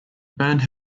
band